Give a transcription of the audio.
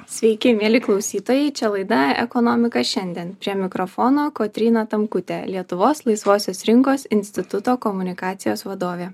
sveiki mieli klausytojai čia laida ekonomika šiandien prie mikrofono kotryna tamkutė lietuvos laisvosios rinkos instituto komunikacijos vadovė